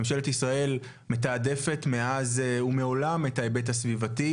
ממשלת ישראל מתעדפת מאז ומעולם את ההיבט הסביבתי,